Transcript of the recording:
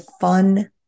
fun